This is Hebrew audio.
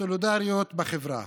סולידריות בחברה.